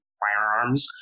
firearms